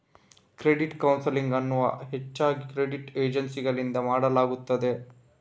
credit counselling ಅನ್ನು ಹೆಚ್ಚಾಗಿ credit ಏಜೆನ್ಸಿಗಳಿಂದ ಮಾಡಲಾಗುತ್ತದೆ